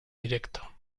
directo